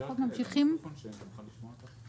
הלקוחות ממשיכים לשלם את המשכנתה כסדרה.